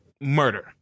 murder